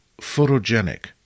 photogenic